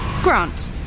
Grant